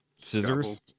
scissors